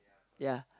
ya